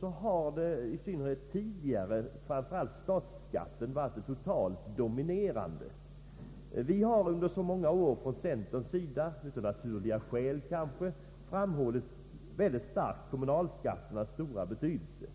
har i synnerhet vid tidigare tillfällen statsskatten varit det helt dominerande ämnet. Från centerns sida har vi många år — av naturliga skäl kanske — mycket starkt framhållit kommunalskatternas stora betydelse.